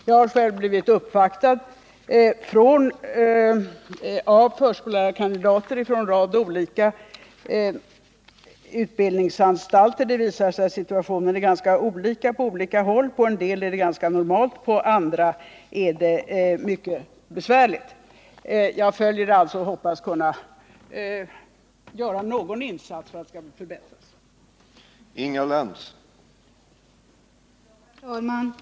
Jag har själv blivit uppvaktad av förskollärarkandidater från en rad olika utbildningsanstalter. Det visar sig att situationen är ganska olika på olika håll. På en del håll är den ganska normal, på andra är den mycket besvärlig. Jag följer alltså frågan och hoppas kunna göra någon insats för att förhållandena skall förbättras.